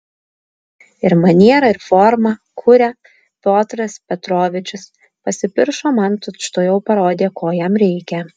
ir maniera ir forma kuria piotras petrovičius pasipiršo man tučtuojau parodė ko jam reikia